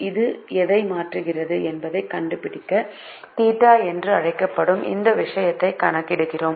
இது எதை மாற்றுகிறது என்பதைக் கண்டுபிடிக்க தீட்டா என்று அழைக்கப்படும் இந்த விஷயத்தை கணக்கிடுகிறோம்